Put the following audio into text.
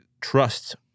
trust